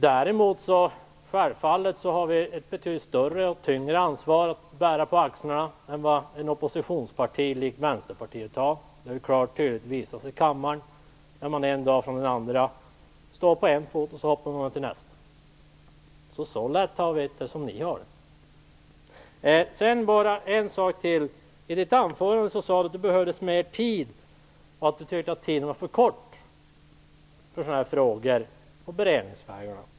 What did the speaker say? Däremot har vi självfallet ett betydligt större och tyngre ansvar att bära på axlarna än vad ett oppositionsparti likt Vänsterpartiet har. Det har klart och tydligt visat sig i kammaren. Den ena dagen står man på en fot och sedan hoppar man över till nästa. Vi har det inte så lätt som ni. En sak till. Per Rosengren sade i sitt anförande att det behövdes mer tid och att han tyckte att tiden var för kort för dessa frågor och beredningsvägar.